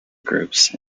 groups